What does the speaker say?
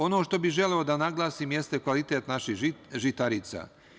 Ono što bi želeo da naglasim jeste kvalitet naših žitarica.